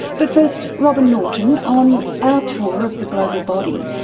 but first, robyn norton, on our tour of the global body,